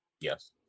Yes